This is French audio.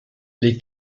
les